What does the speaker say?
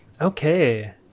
okay